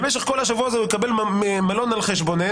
במשך כל השבוע הזה הוא יקבל מלון על חשבוננו,